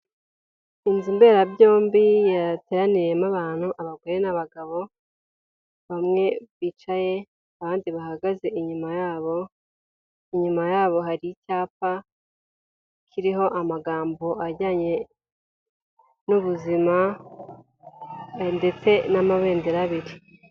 Inzu mberabyombi yateraniyemo abantu abagore n'abagabo bamwe bicaye abandi bahagaze inyuma yabo, inyuma yabo hari icyapa kiriho amagambo ajyanye n'ubuzima ndetse n'amabendera abiri.